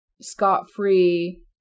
scot-free